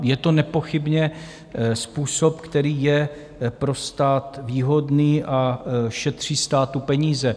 Je to nepochybně způsob, který je pro stát výhodný a šetří státu peníze.